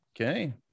Okay